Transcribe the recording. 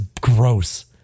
gross